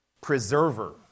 preserver